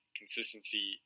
consistency